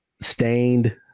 stained